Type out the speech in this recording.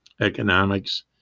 economics